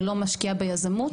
אבל לא משקיעה ביזמות?